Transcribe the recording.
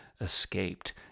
escaped